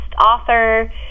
author